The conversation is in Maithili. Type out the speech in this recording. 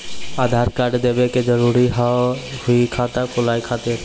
आधार कार्ड देवे के जरूरी हाव हई खाता खुलाए खातिर?